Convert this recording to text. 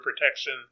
protection